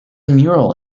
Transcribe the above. mural